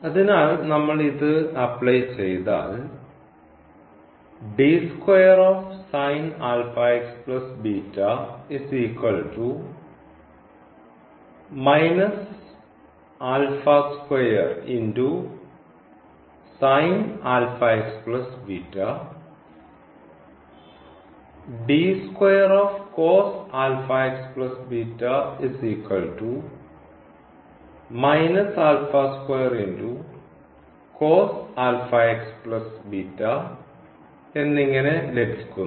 അതിനാൽ നമ്മൾ ഇത് അപ്ലൈ ചെയ്താൽ എന്നിങ്ങനെ ലഭിക്കുന്നു